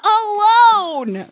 alone